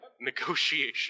Negotiation